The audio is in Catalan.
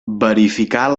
verificar